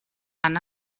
han